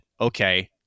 okay